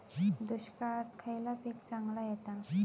दुष्काळात खयला पीक चांगला येता?